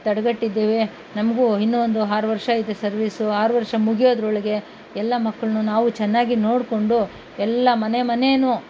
ತಡೆಗಟ್ಟಿದ್ದೇವೆ ನಮಗೂ ಇನ್ನೂ ಒಂದು ಆರು ವರ್ಷ ಇದೆ ಸರ್ವೀಸು ಆರು ವರ್ಷ ಮುಗಿಯೋದರೊಳಗೆ ಎಲ್ಲ ಮಕ್ಕಳನ್ನೂ ನಾವು ಚೆನ್ನಾಗಿ ನೋಡಿಕೊಂಡು ಎಲ್ಲ ಮನೆ ಮನೇನು